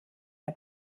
der